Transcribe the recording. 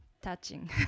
touching